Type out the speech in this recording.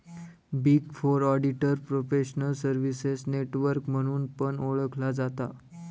big four auditor professional services network म्हणून पण ओळखला जाता